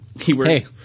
Hey